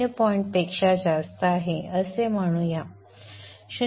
5 पेक्षा जास्त आहे असे म्हणू या 0